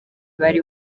bari